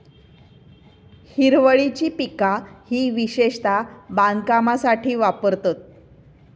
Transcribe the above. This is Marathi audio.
हिरवळीची पिका ही विशेषता बांधकामासाठी वापरतत